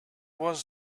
was